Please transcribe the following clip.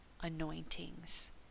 anointings